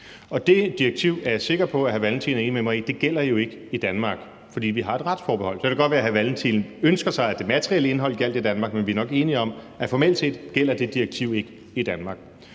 det direktiv er jeg sikker på at hr. Carl Valentin er enig med mig i ikke gælder i Danmark, fordi vi har et retsforbehold. Så kan det godt være, at hr. Carl Valentin ønsker sig, at det materielle indhold gælder i Danmark, men vi er nok enige om, at formelt set gælder det direktiv ikke i Danmark.